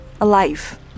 alive